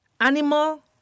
animal